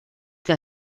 que